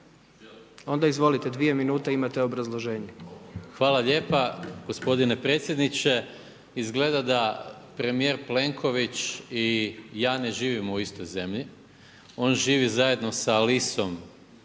Onda izvolite 2 min imate obrazloženje. **Maras, Gordan (SDP)** Hvala lijepo gospodine predsjedniče, izgleda da premjer Plenković i ja ne živimo u istoj zemlji, on živi zajedno sa Alisom